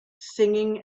singing